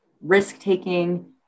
risk-taking